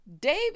David